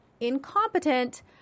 incompetent